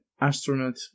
Astronaut